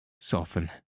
soften